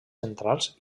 centrals